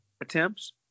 attempts